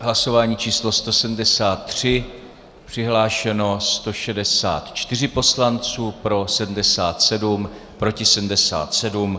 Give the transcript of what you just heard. Hlasování číslo 173, přihlášeno 164 poslanců, pro 77, proti 77.